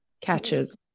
catches